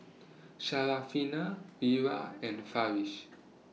Wira and Farish